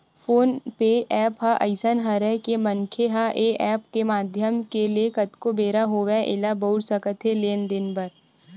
phone पे app ह अइसन हरय के मनखे ह ऐ ऐप के माधियम ले कतको बेरा होवय ऐला बउर सकत हे लेन देन बर